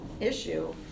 issue